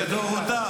לדורותיו,